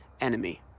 enemy